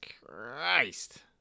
Christ